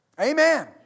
Amen